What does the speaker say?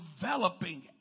developing